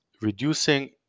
reducing